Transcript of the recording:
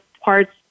parts